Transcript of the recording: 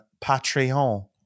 Patreon